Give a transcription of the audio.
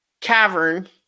cavern